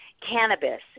cannabis